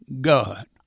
God